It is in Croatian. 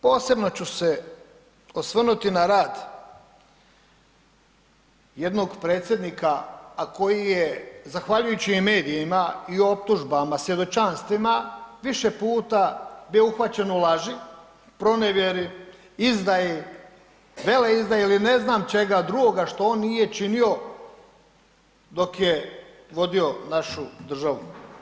Posebno ću se osvrnuti na rad jednog predsjednika, a koji je zahvaljujući medijima i optužbama, svjedočanstvima, više puta vio uhvaćen u laži, pronevjeri, izdaji, veleizdaji ili ne znam čega drugoga što on nije činio, dok je vodio našu državu.